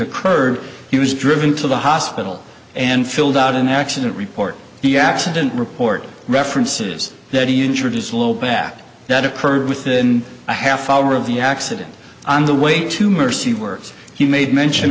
occurred he was driven to the hospital and filled out an accident report the accident report references that he injured his little back that occurred within a half hour of the accident on the way to mercy works he made mention